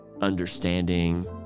understanding